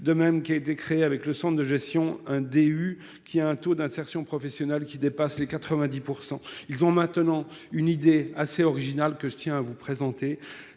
de même qu'il a été créé avec le Centre de gestion hein DU qui a un taux d'insertion professionnelle qui dépasse les 90%. Ils ont maintenant une idée assez originale que je tiens à vous présenter